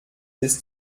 bis